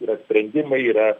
yra sprendimai yra